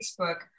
Facebook